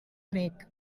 reg